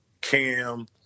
Cam